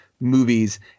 movies